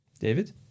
David